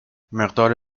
مقدار